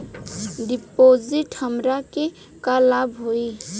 डिपाजिटसे हमरा के का लाभ होई?